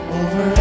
over